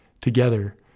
together